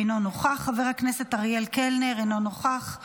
אינו נוכח,